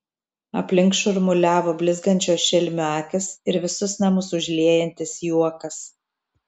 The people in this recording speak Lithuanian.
aplink šurmuliavo blizgančios šelmių akys ir visus namus užliejantis juokas